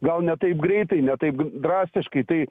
gal ne taip greitai ne taip drastiškai tai